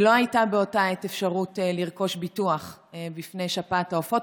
לא הייתה באותה עת אפשרות לרכוש ביטוח מפני שפעת העופות.